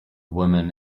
woman